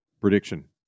Prediction